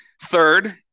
Third